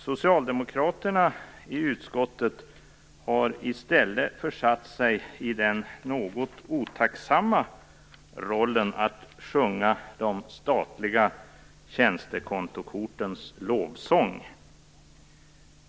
Socialdemokraterna i utskottet har i stället försatt sig i den något otacksamma rollen att sjunga de statliga tjänstekontokortens lovsång.